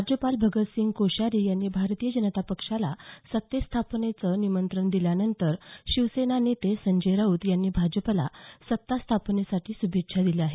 राज्यपाल भगतसिंग कोश्यारी यांनी भारतीय जनता पक्षाला सत्तास्थापनेचं निमंत्रण दिल्यानंतर शिवसेना नेते संजय राऊत यांनी भाजपला सत्ता स्थापनेसाठी शुभेच्छा दिल्या आहेत